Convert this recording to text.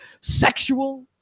sexual